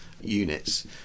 units